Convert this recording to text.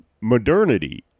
modernity